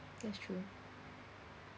that's true